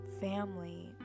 family